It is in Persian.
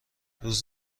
روز